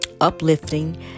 uplifting